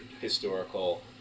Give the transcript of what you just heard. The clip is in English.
historical